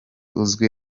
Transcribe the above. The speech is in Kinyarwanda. uzwi